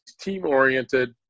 team-oriented